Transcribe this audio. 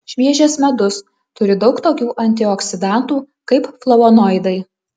šviežias medus turi daug tokių antioksidantų kaip flavonoidai